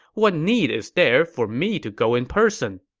what need is there for me to go in person?